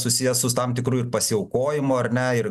susijęs sus tam tikru ir pasiaukojimu ar ne ir